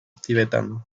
tibetano